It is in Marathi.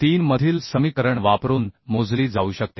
3 मधील समीकरण वापरून मोजली जाऊ शकते